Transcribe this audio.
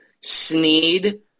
Sneed